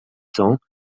temps